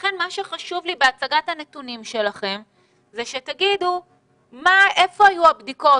מה שחשוב לי שתגידו בהצגת הנתונים שלכם הוא היכן היו הבדיקות